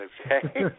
okay